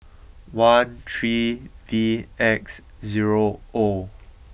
one three V X zero oh